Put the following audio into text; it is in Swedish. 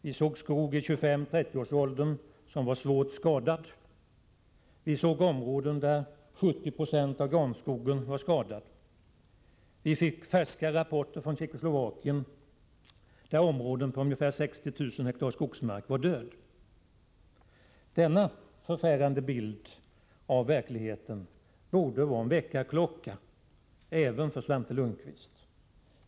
Vi såg skog i 25-30-årsåldern som var svårt skadad. Vi såg områden där 70 90 av granskogen var skadad. Vi fick färska rapporter från Tjeckoslovakien, där skogsmarksområden på 60 000 hektar var döda. Denna förfärande bild av verkligheten borde vara en väckarklocka även för Svante Lundkvist.